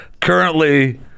currently